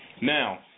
Now